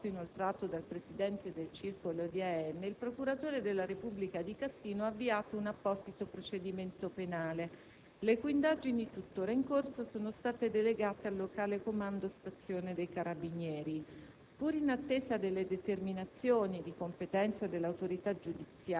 Secondo quanto riferito dal Ministero della giustizia, a seguito dell'esposto inoltrato dal presidente del circolo di Alleanza Nazionale, il procuratore della Repubblica di Cassino ha avviato un apposito procedimento penale, le cui indagini, tuttora in corso, sono state delegate al locale Comando stazione dei Carabinieri.